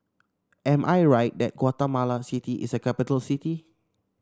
am I right that Guatemala City is a capital city